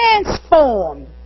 Transformed